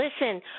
Listen